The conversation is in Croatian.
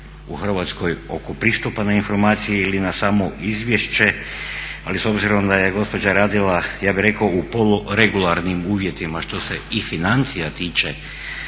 u Hrvatskoj oko pristupa na informacije ili na samo izvješće, ali s obzirom da je gospođa radila ja bih rekao u poluregularnim uvjetima što se i financija tiče